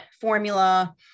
formula